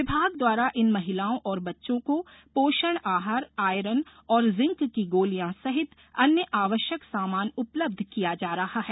विभाग द्वारा इन महिलाओं और बच्चों को पोषण आहार आयरन और जिंक की गोलियाँ सहित अन्य आवश्यक सामान उपलब्ध किया जा रहा है